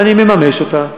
ואני מממש אותה.